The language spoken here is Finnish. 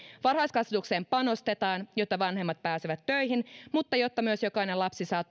varhaiskasvatukseen panostetaan jotta vanhemmat pääsevät töihin mutta jotta myös jokainen lapsi saa